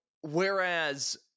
whereas